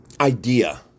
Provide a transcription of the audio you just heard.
idea